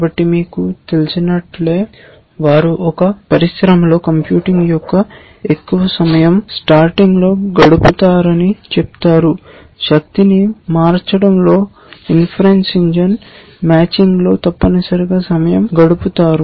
కాబట్టి మీకు తెలిసినట్లే వారు ఒక పరిశ్రమలో కంప్యూటింగ్ యొక్క ఎక్కువ సమయం సార్టింగ్లో గడుపుతారని చెప్తారు శక్తిని మార్చడంలో ఇన్ఫెరెన్స్ ఇంజిన్ మ్యాచింగ్లో తప్పనిసరిగా సమయం గడుపుతుంద